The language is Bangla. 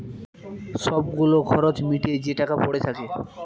সব গুলো খরচ মিটিয়ে যে টাকা পরে থাকে